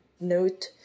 note